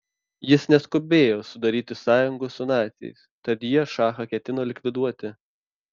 jis neskubėjo sudaryti sąjungos su naciais tad jie šachą ketino likviduoti